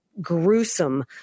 gruesome